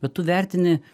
bet tu vertini